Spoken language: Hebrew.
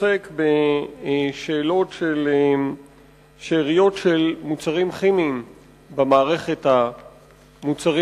העוסק בשאלות של שאריות של מוצרים כימיים במזון שלנו,